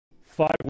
Five